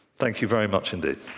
thank you very much indeed.